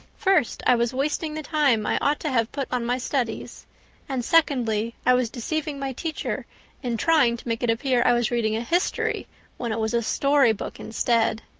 first, i was wasting the time i ought to have put on my studies and secondly, i was deceiving my teacher in trying to make it appear i was reading a history when it was a storybook instead.